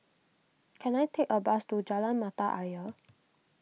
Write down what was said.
can I take a bus to Jalan Mata Ayer